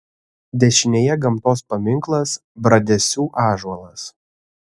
dešinėje gamtos paminklas bradesių ąžuolas